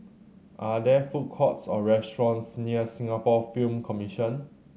are there food courts or restaurants near Singapore Film Commission